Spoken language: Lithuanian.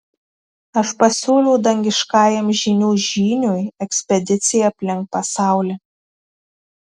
aš pasiūliau dangiškajam žynių žyniui ekspediciją aplink pasaulį